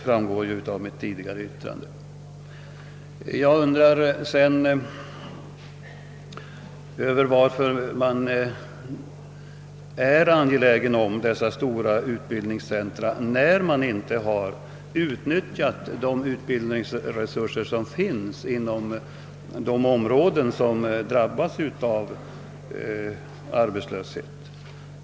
Varför är man så angelägen om stora utbildningscentra, när man inte har utnyttjat de utbildningsresurser som finns inom de områden där människorna har drabbats av arbetslöshet?